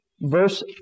verse